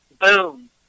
Boom